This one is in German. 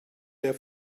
der